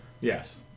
Yes